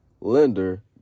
lender